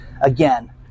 again